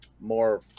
more